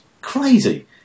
crazy